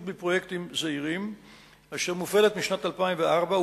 בפרויקטים זעירים אשר מופעלת משנת 2004,